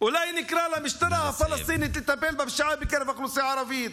אולי נקרא למשטרה הפלסטינית לטפל בפשיעה בקרב האוכלוסייה הערבית?